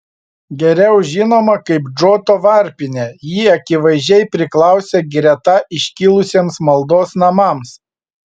geriau žinoma kaip džoto varpinė ji akivaizdžiai priklausė greta iškilusiems maldos namams